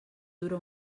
dura